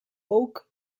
oak